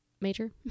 Major